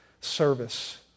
service